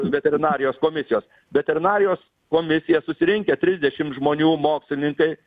veterinarijos komisijos veterinarijos komisija susirinkę trisdešimt žmonių mokslininkai